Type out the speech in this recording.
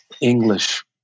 English